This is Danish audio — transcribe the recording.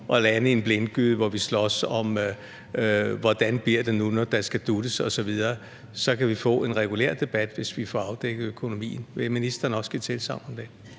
at lande i en blindgyde, hvor vi slås om, hvordan det bliver nu, når der skal dut'es osv. Vi kan få en regulær debat, hvis vi får afdækket økonomien. Vil ministeren også give tilsagn om det?